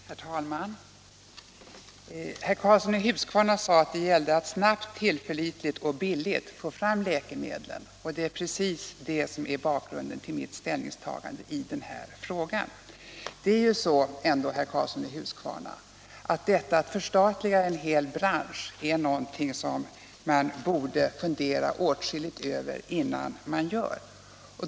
Herr talman! Herr Karlsson i Huskvarna sade att det gällde att snabbt, tillförlitligt och billigt få fram läkemedlen. Det är precis det som är bakgrunden till mitt ställningstagande i denna fråga. Detta att förstatliga en hel bransch är någonting som man borde fundera åtskilligt över innan man gör.